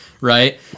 right